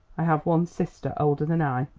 i have one sister, older than i,